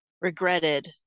regretted